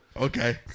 okay